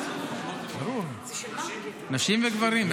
ברור, נשים וגברים.